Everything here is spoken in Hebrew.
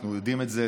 אנחנו יודעים את זה,